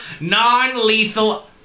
non-lethal